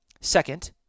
Second